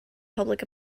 public